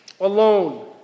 alone